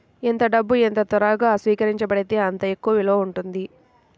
ఎంత డబ్బు ఎంత త్వరగా స్వీకరించబడితే అంత ఎక్కువ విలువ ఉంటుంది